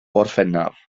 orffennaf